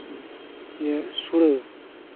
ᱡᱮ ᱥᱩᱲᱟᱹ